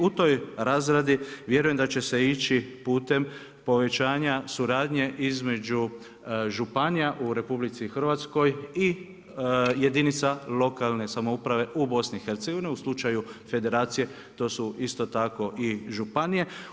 U toj razradi vjerujem da će se ići putem povećanje suradnja između županija u RH i jedinica lokalne samouprave u BIH u slučaju federacije to su isto tako i županije.